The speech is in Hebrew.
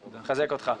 אני מחזק אותך.